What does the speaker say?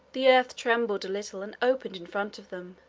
the earth trembled a little and opened in front of them,